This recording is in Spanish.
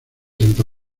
santa